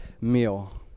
meal